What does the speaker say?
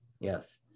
Yes